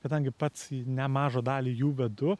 kadangi pats nemažą dalį jų vedu